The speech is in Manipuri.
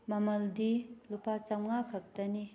ꯃꯃꯜꯗꯤ ꯂꯨꯄꯥ ꯆꯃꯉꯥ ꯈꯛꯇꯅꯤ